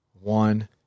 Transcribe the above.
one